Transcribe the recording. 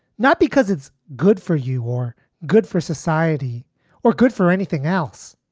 not because it's good for you or good for society or good for anything else.